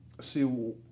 see